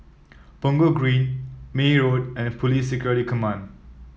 Punggol Green May Road and Police Security Command